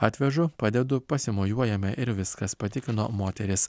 atvežu padedu pasimojuojame ir viskas patikino moteris